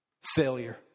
Failure